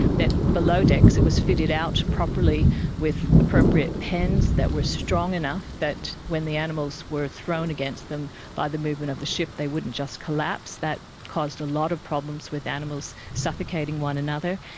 that below decks it was fitted out properly with appropriate pens that were strong enough that when the animals were thrown against them by the movement of the ship they wouldn't just collapse. that caused a lot of problems with animals suffocating one another.